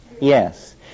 Yes